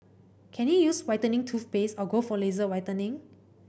can he use whitening toothpaste or go for laser whitening